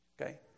Okay